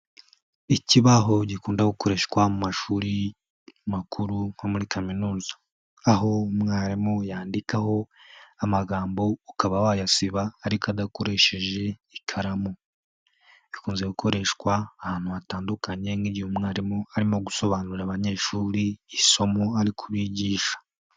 Ikibaho gikunda gukoreshwa mu mashuri makuru nko muri kaminuza, aho umwarimu yandikaho amagambo ukaba wayasiba ariko adakoresheje ikaramu. Bikunze gukoreshwa ahantu hatandukanye nk'igihe umwarimu arimo gusobanurira abanyeshuri isomo ari kubigisha.